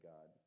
God